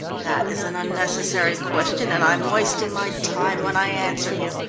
that is an unnecessary question, and i'm wasting my time when i answer you,